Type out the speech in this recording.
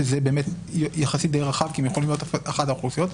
שזה באמת יחסית די רחב כי הם יכולים להיות אחת האוכלוסיות,